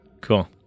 Cool